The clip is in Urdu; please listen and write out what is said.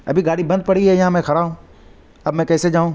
ابھی گاڑی بند پڑی ہے یہاں میں کھڑا ہوں اب میں کیسے جاؤں